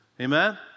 Amen